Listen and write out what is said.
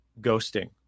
ghosting